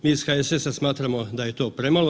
Mi iz HSS-a smatramo da je to premalo.